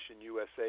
USA